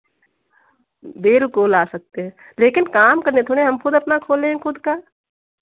बिल्कुल आ सकते हैं लेकिन काम करने थोड़े हम खुद अपना खोले हैं खुद का